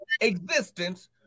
existence